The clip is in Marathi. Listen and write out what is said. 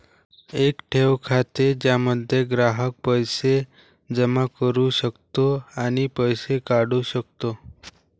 एक ठेव खाते ज्यामध्ये ग्राहक पैसे जमा करू शकतो आणि पैसे काढू शकतो